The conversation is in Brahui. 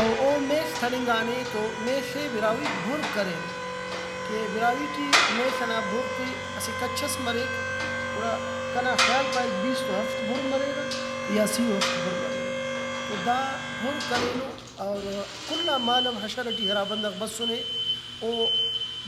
او او میل تھڑینگانے تو میل ئے براہوئیک بُھر کرینو کہ براہوئی ٹی میل ئنا بُھرتے اسہ کچ ئس مریک گڑا کنا خیال پائک بیستُ ہفت بُھر مریرہ یا سی ؤ ہفت بُھر مریرہ تو دا بھُر کرینو اور کل آن مالو اشر ٹی ہرا بندغ بسُنے او